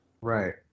right